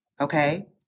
Okay